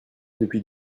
depuis